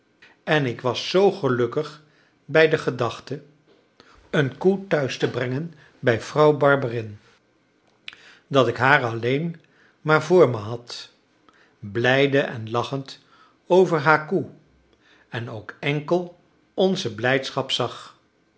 en ik was zoo gelukkig bij de gedachte een koe thuis te brengen bij vrouw barberin dat ik haar alleen maar voor me had blijde en lachend over haar koe en ook enkel onze blijdschap zag